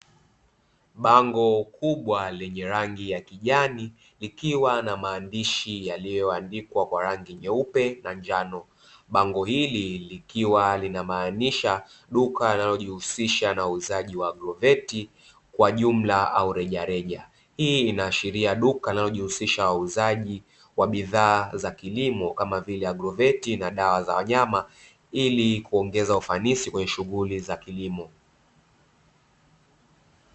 Bango kubwa lenye rangi ya kijani likiwa na maandishi yaliyoandikwa kwa rangi nyeupe na njano, bango hili likiwa linamaanisha duka linalojihusisha na uuzaji wa abroveti kwa jumla au rejareja. Hii inaashiria duka linalojihusisha na uuzaji wa bidhaa za kilimo kama vile agroveti na dawa za wanyama ili kuongeza ufanisi kwenye shughuli za kilimo.